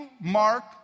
Mark